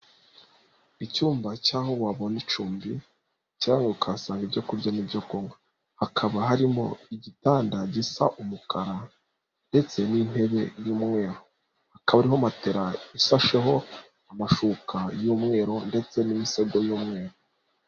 Icyumba cy'aho wabona icumbi cyangwa ukahasanga ibyo kurya n'ibyo kunywa, hakaba harimo igitanda gisa umukara ndetse n'intebe y'umweru, hakaba harimo matera isasheho amashuka y'umweru ndetse n'imisego y'umweru.